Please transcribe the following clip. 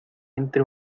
entre